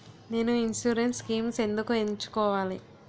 నేను insurance schemes ఎందుకు ఎంచుకోవాలి?